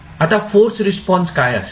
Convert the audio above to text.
आता force response काय असेल